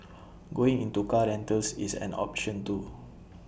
going into car rentals is an option too